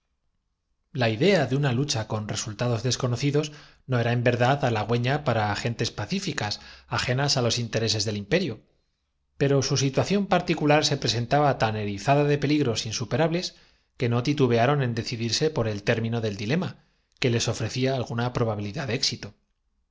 la idea de una lucha con resultados desconocidos políglota que tocaba la meta de sus aspiraciones no era en verdad halagüeña para gentes pacíficas agey ese occidental dónde encontrarle preguntó nas á los intereses del imperio pero su situación par benjamín ticular se presentaba tan erizada de peligros insupera la desgracia os persigueadujo king seng ha bles que no titubearon en decidirse por el término del muerto dilema que les ofrecía alguna probabilidad de éxito